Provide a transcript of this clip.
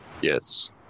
Yes